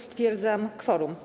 Stwierdzam kworum.